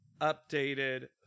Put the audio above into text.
updated